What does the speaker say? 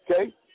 Okay